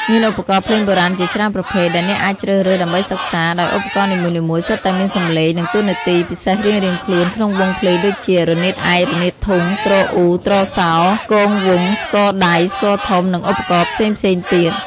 មានឧបករណ៍ភ្លេងបុរាណជាច្រើនប្រភេទដែលអ្នកអាចជ្រើសរើសដើម្បីសិក្សា ដោយឧបករណ៍នីមួយៗសុទ្ធតែមានសំឡេង និងតួនាទីពិសេសរៀងៗខ្លួនក្នុងវង់ភ្លេងដូចជា រនាតឯក រនាតធុង ទ្រអ៊ូ ទ្រសោ គងវង់ ស្គរដៃ ស្គរធំ និងឧបករណ៍ផ្សេងៗទៀត។